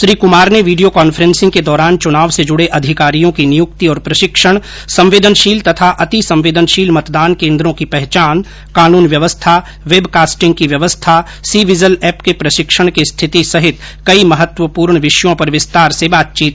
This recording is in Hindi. श्री कुमार ने वीडियो कॉफ्रेसिंग के दौरान चुनाव से जुड़े अधिकारियों की नियुक्ति और प्रशिक्षण संवेदनशील तथा अतिसंवेदनशील मतदान केन्द्रो की पहचान कानून व्यवस्था वेबकास्टिंग की व्यवस्था सी विजल एप के प्रशिक्षण की स्थिति सहित कई महत्वपूर्ण विषयों पर विस्तार से बातचीत की